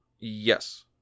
Yes